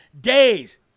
days